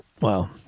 Wow